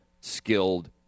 skilled